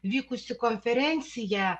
vykusi konferencija